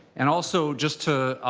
and also just to